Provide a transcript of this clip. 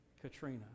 Katrina